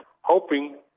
hoping